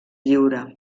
lliure